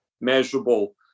measurable